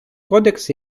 кодекс